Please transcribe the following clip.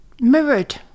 mirrored